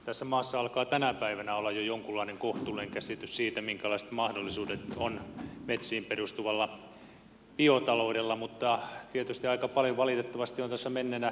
tässä maassa alkaa tänä päivänä olla jo jonkunlainen kohtuullinen käsitys siitä minkälaiset mahdollisuudet on metsiin perustuvalla biotaloudella mutta tietysti aika paljon valitettavasti on tässä menneenä vuosikymmenenä hukattu